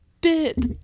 bit